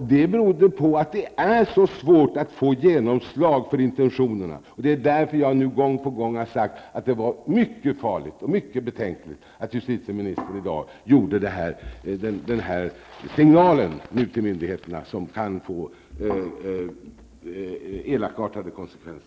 Detta beror på att det är mycket svårt att få genomslag när det gäller intentionerna. Det är därför som jag gång på gång har sagt att det är mycket farligt och mycket betänkligt att justitieministern i dag har gett den här signalen till myndigheterna, vilken kan få elakartade konsekvenser.